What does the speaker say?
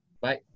Bye